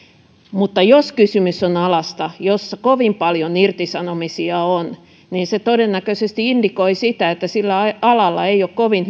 mutta jos kysymys on alasta jolla kovin paljon irtisanomisia on niin se todennäköisesti indikoi sitä että sillä alalla ei ole kovin